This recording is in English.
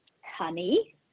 honey